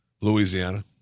Louisiana